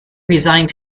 resigned